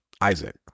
Isaac